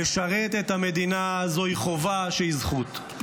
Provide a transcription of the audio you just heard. לשרת את המדינה זוהי חובה שהיא זכות.